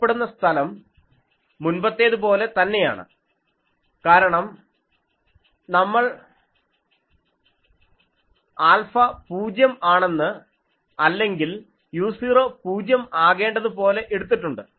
കാണപ്പെടുന്ന സ്ഥലം മുൻപത്തേതു പോലെ തന്നെയാണ് കാരണം നമ്മൾ ആൽഫ പൂജ്യം ആണെന്ന് അല്ലെങ്കിൽ u0 പൂജ്യം ആകേണ്ടത് പോലെ എടുത്തിട്ടുണ്ട്